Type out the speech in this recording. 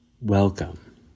Welcome